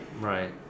right